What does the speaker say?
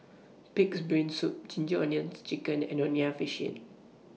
Pig'S Brain Soup Ginger Onions Chicken and Nonya Fish Head